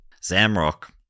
Zamrock